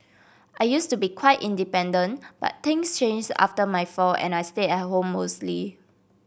I used to be quite independent but things changed after my fall and I stayed at home mostly